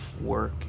work